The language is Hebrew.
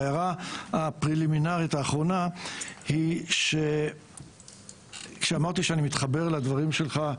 הערה פרלימינרית אחרונה היא שכשאמרתי שאני מתחבר לדברים שלך,